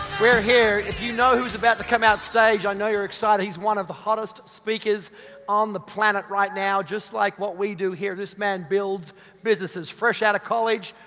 we're here. if you know who's about to come out stage, i know you're excited. he's one of the hottest speakers on the planet right now. just like what we do here, this man builds businesses. fresh out of college,